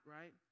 right